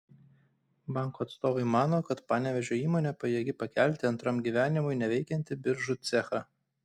banko atstovai mano kad panevėžio įmonė pajėgi pakelti antram gyvenimui neveikiantį biržų cechą